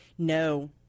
No